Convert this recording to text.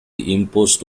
imposed